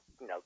no